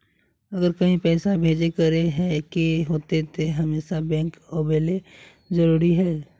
अगर कहीं पैसा भेजे करे के होते है तो हमेशा बैंक आबेले जरूरी है?